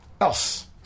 Else